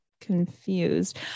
confused